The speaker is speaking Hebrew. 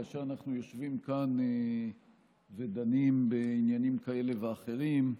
כאשר אנחנו יושבים כאן ודנים בעניינים כאלה ואחרים,